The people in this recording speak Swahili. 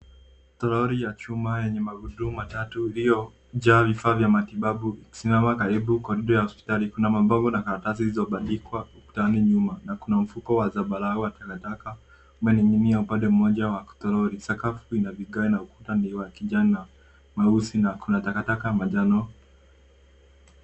Troli ya chuma yenye magurudumu matatu iliyojaa vifaa vya matibabu ikisamama karibu korido ya hospitali. Kuna mabango na karatasi zilizobandikwa ukutani nyuma na kuna mfuko wa zambarau wa takataka umening'inia upande mmoja wa troli, sakafu ina vigae na ukuta ni wa kijani na meusi na kuna takataka ya manjano.